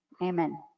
Amen